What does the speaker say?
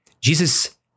Jesus